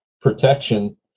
protection